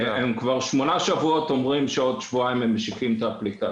הם כבר שמונה שבועות אומרים שעוד שבועיים הם משיקים את האפליקציה.